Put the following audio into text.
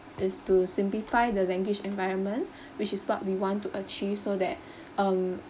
is to simplify the language environment which is what we want to achieve so that um